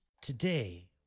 Today